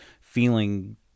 feeling